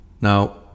now